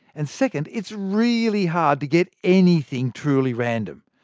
and second, it's really hard to get anything truly random.